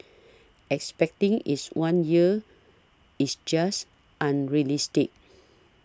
expecting is one year is just unrealistic